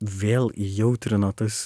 vėl įjautrino tas